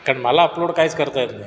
कारण मला अपलोड काहीच करता येत नाही